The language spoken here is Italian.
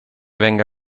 venga